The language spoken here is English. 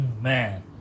Man